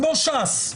כמו ש"ס,